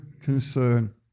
concern